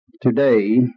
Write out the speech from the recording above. today